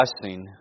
blessing